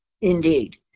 Indeed